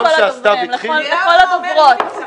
לא, לא לכל הדוברים, לכל הדוברות.